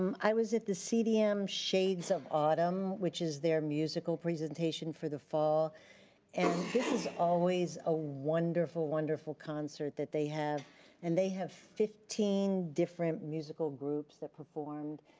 um i was at the cdm shades of autumn which is their musical presentation for the fall and this is always a wonderful wonderful concert that they have and they have fifteen different musical groups that performed.